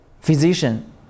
physician